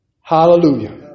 Hallelujah